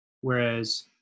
whereas